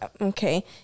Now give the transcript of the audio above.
Okay